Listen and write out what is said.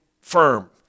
firm